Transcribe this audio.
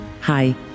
Hi